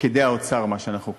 פקידי האוצר, מה שאנחנו קוראים,